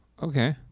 Okay